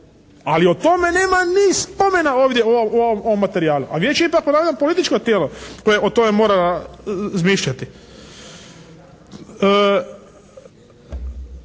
Ali o tome nema ni spomena u ovom materijalu, a vijeće je ipak ponavljam političko tijelo koje o tome mora razmišljati.